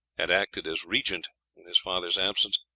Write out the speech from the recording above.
had acted as regent in his father's absence,